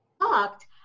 talked